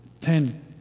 ten